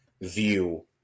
view